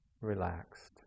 relaxed